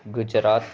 Gujarat